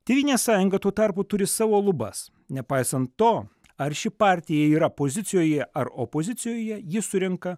tėvynės sąjunga tuo tarpu turi savo lubas nepaisant to ar ši partija yra pozicijoje ar opozicijoje ji surenka